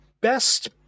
best